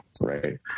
Right